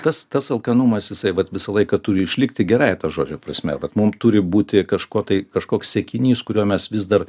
kas tas alkanumas jisai vat visą laiką turi išlikti gerąja to žodžio prasme vat mum turi būti kažkuo tai kažkoks siekinys kurio mes vis dar